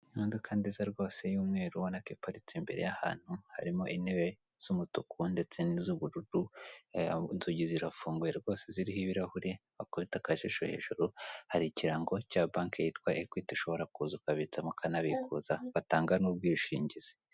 Imodoka nziza rwose y'umweru ubona iparitse imbere y'ahantu harimo intebe z'umutuku ndetse n'iz'ubururu, inzugi zirafunguye rwose ziriho ibirahuri bwakubita akajisho hejuru hari ikirango cya banki yitwa ekwii ishobora kuzu ukabitsamo ukanabikuza batanga n'ubwishingizi.